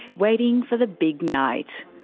waiting for the big night.